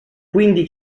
quindi